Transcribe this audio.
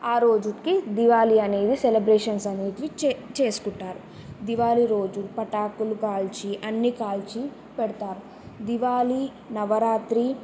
ఆ రోజుకి దివాళీ అనేది సెలబ్రేషన్స్ అనేవి చేసు చేసుకుంటారు దివాళీ రోజు పటాకులు కాల్చి అన్నీ కాల్చి పెడతారు దివాళీ నవరాత్రి